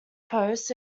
posts